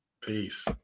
peace